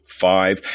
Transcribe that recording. Five